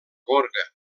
gorga